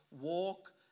walk